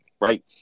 right